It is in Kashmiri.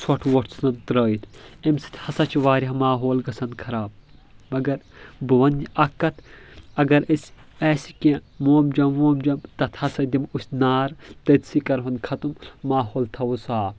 ژھۄٹھ وۄٹھ ژھنان ترٛٲیِتھ أمہِ سۭتۍ ہسا چھُ واریاہ ماحول گژھان خراب مگر بہٕ ونہٕ یہِ اکھ کتھ اگر أسۍ آسہِ کینٛہہ موم جام وۄم جام تتھ ہسا دِمو أسۍ نار تٔتھۍ سۭتۍ کرہون ختٕم ماحول تھاوو صاف